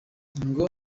ngo